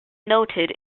noted